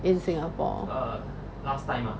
in Singapore